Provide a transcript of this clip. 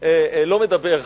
לא מדבר.